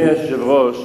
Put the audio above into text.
אדוני היושב-ראש,